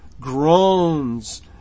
groans